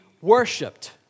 worshipped